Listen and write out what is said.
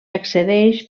accedeix